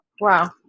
Wow